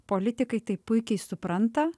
politikai tai puikiai supranta